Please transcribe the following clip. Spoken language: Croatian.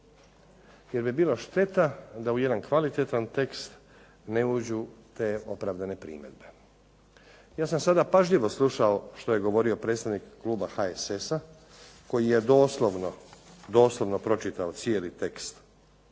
Jer bi bilo šteta da u jedan kvalitetan tekst ne uđu te opravdane primjedbe. Ja sam sada pažljivo slušao što je govorio predstavnik kluba HSS-a, koji je doslovno pročitao cijeli tekst